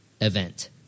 event